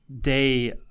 day